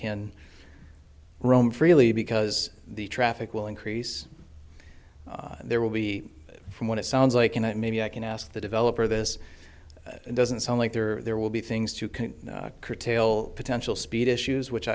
can roam freely because the traffic will increase there will be from what it sounds like you know maybe i can ask the developer this doesn't sound like there are there will be things you can curtail potential speed issues which